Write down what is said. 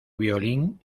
violín